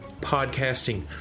Podcasting